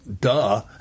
duh